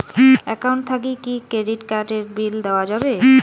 Account থাকি কি credit card এর বিল দেওয়া যাবে?